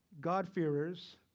God-fearers